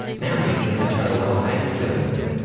now making a total of eight fillings.